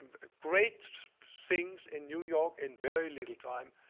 great things in new york, in very little time.